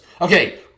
Okay